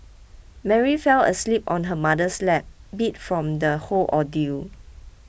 Mary fell asleep on her mother's lap beat from the whole ordeal